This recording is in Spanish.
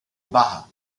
baja